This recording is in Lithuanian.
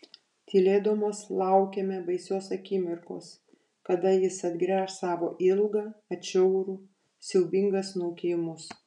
tylėdamos laukėme baisios akimirkos kada jis atgręš savo ilgą atšiaurų siaubingą snukį į mus